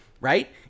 right